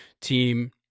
team